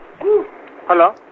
Hello